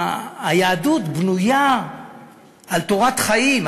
היהדות בנויה על תורת חיים.